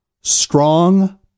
strong